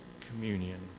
communion